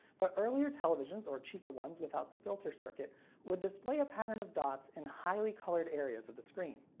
but earlier televisions or cheaper ones without the filter circuit would display a pattern of dots in highly colored areas of the screen.